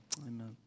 amen